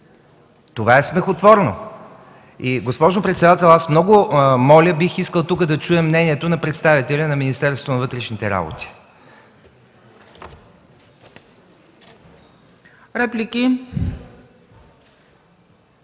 Това е смехотворно! Госпожо председател, аз много моля, бих искал тук да чуя мнението на представителя на Министерството на вътрешните работи.